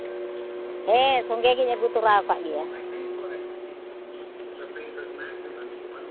ᱦᱮᱸ ᱥᱚᱸᱜᱮ ᱜᱤᱧ ᱟᱹᱜᱩ ᱛᱚᱨᱟᱣᱟᱠᱟᱫ ᱜᱮᱭᱟ